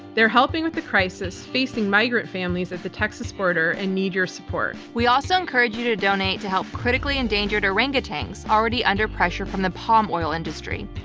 they're helping with the crisis facing migrant families at the texas border and need your support. we also encourage you to donate to help critically endangered orangutans already under pressure from the palm oil industry.